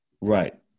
right